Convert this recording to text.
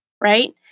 right